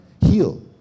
heal